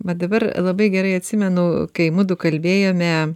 va dabar labai gerai atsimenu kai mudu kalbėjome